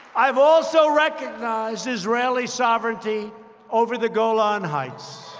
i've also recognized israeli sovereignty over the golan heights.